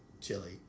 chili